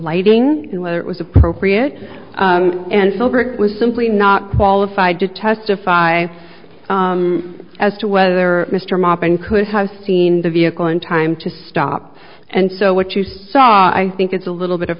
lighting and whether it was appropriate and filbert was simply not qualified to testify as to whether mr moppin could have seen the vehicle in time to stop and so what you saw i think it's a little bit of